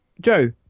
Joe